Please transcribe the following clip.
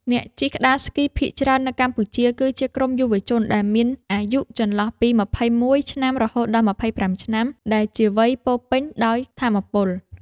អ្នកជិះក្ដារស្គីភាគច្រើននៅកម្ពុជា គឺជាក្រុមយុវជនដែលមានអាយុចន្លោះពី ១២ ឆ្នាំ រហូតដល់ ២៥ ឆ្នាំ ដែលជាវ័យពោរពេញដោយថាមពល។